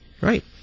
Right